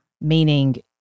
meaning